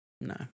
No